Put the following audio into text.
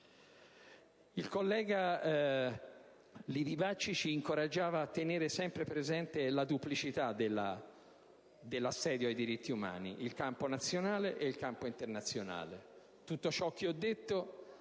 Il collega Livi Bacci ci incoraggiava a tenere sempre presente la duplicità dell'assedio ai diritti umani: il campo nazionale e quello internazionale.